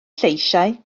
lleisiau